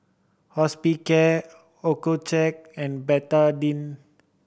Hospicare Accucheck and Betadine